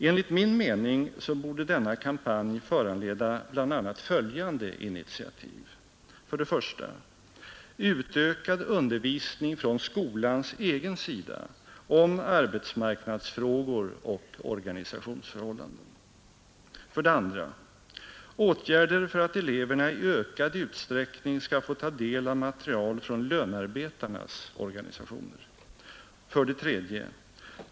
Enligt min mening borde denna kampanj föranleda bl.a. följande initiativ: 1. Utökad undervisning från skolans egen sida om arbetsmarknadsfrågor och organisationsförhållanden. 2. Atgärder för att eleverna i ökad utsträckning skall få ta del av material från lönarbetarnas organisationer. 3.